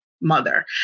mother